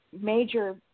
major